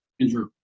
Andrew